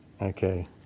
Okay